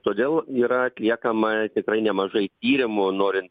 todėl yra atliekama tikrai nemažai tyrimų norint